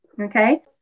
Okay